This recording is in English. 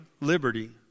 liberty